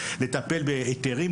לטפל בהיתרים,